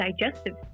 digestive